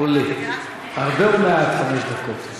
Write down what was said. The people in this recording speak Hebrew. אורלי, הרבה או מעט, חמש דקות?